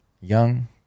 young